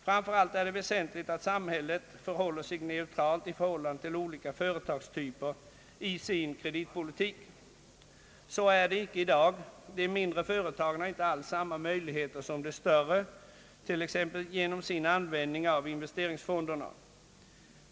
Framför allt är det väsentligt att samhället förhåller sig neutralt i förhållande till olika företagstyper i sin kreditpolitik. Så är det icke i dag. De mindre företagen har inte alls samma möjligheter som de större har, t.ex. genom användningen av investeringsfonder.